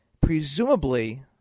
Presumably